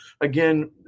again